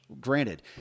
Granted